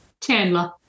Chandler